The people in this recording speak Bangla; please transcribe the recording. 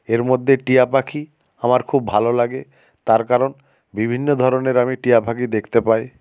এর মধ্যে টিয়া পাখি আমার খুব ভালো লাগে তার কারণ বিভিন্ন ধরনের আমি টিয়া পাখি দেখতে পাই